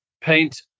paint